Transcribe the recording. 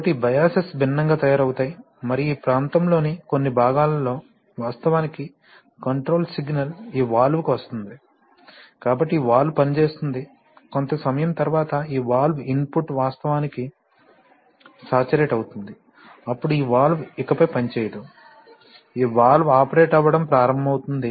కాబట్టి ఈ బయాసెస్ భిన్నంగా తయారవుతాయి మరియు ఈ ప్రాంతంలోని కొన్ని భాగాలలో వాస్తవానికి కంట్రోల్ సిగ్నల్ ఈ వాల్వ్కు వస్తుంది కాబట్టి ఈ వాల్వ్ పనిచేస్తుంది కొంత సమయం తర్వాత ఈ వాల్వ్ ఇన్పుట్ వాస్తవానికి సాచురేట్ అవుతుంది అప్పుడు ఈ వాల్వ్ ఇకపై పనిచేయదు ఈ వాల్వ్ ఆపరేట్ అవ్వడం ప్రారంభమవుతుంది